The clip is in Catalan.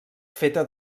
feta